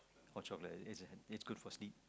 hot chocolate is good for sleep